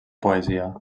poesia